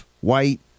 White